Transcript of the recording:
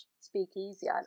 speakeasy